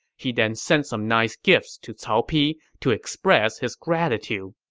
he then sent some nice gifts to cao pi to express his gratitude.